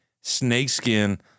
snakeskin